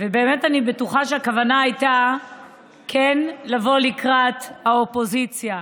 ואני באמת בטוחה שהכוונה הייתה לבוא לקראת האופוזיציה.